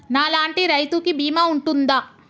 నా లాంటి రైతు కి బీమా ఉంటుందా?